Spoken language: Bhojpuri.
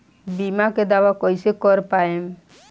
बीमा के दावा कईसे कर पाएम?